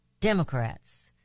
Democrats